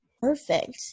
perfect